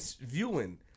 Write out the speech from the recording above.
viewing